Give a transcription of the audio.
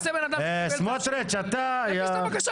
מה יעשה בן אדם --- יגיש את הבקשה